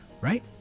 Right